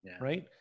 right